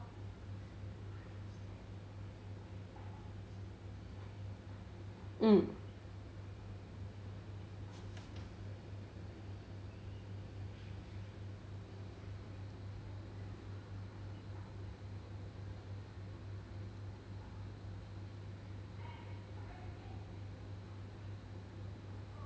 ya so basically my I have to do on both like my right my left and my right tooth ya my right tooth is like done they put the real crown already but 他们是讲我的 left side right 是比较 problematic so 我需要去 like 动手术 on my left side in order for them to put the real crown